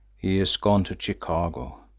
he has gone to chicago.